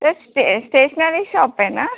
sir stationery షాపేనా